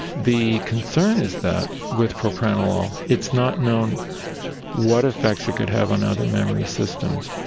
the concern is that with propranolol it's not known what effects it can have on other memory systems.